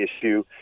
issue